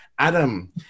Adam